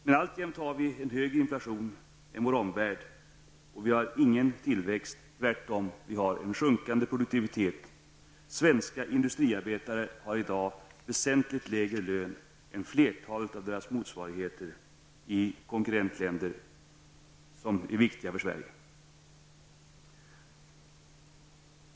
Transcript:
Men alltjämt har vi en högre inflation än vår omvärld, och vi har ingen tillväxt utan tvärtom en sjunkande produktivitet. Svenska industriarbetare har i dag en väsentligt lägre lön än industriarbetare i flertalet konkurrentländer som är viktiga för Sverige.